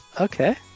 Okay